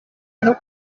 kuba